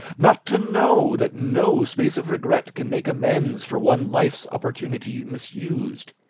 not to know that no space of regret can make amends for one life's opportunity misused!